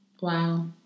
Wow